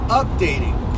updating